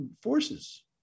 forces